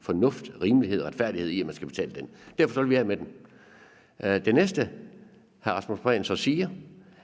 fornuft, rimelighed eller retfærdighed i, at man skal betale den, og derfor vil vi af med den. Det næste, hr. Rasmus Prehn så siger, er,